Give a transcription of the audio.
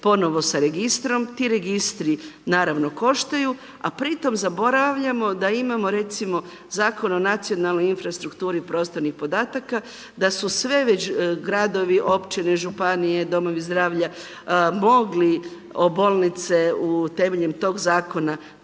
ponovno sa registrom, ti registri naravno koštaju a pri tome zaboravljamo da imamo recimo Zakon o nacionalnoj infrastrukturi prostornih podataka, da su sve već gradovi, općine, županije, domovi zdravlja mogli o bolnice temeljem tog zakona